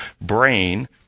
brain